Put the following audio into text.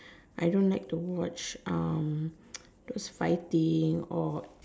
I don't like to watch fighting or